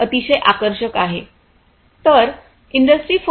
तर इंडस्ट्री 4